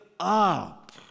up